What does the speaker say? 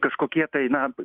kažkokie tai na